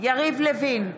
יריב לוין,